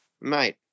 Mate